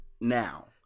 Now